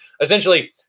essentially